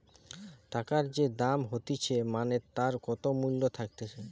টাকার যে দাম হতিছে মানে তার কত মূল্য থাকতিছে